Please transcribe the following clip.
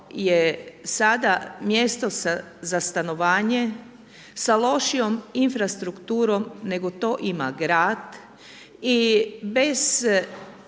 Hvala vam